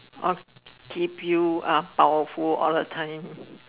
off C_P_U are powerful all the time